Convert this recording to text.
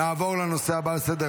להלן תוצאות ההצבעה: